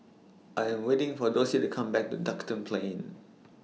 I'm waiting For Dossie to Come Back Duxton Plain